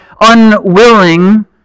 unwilling